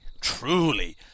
Truly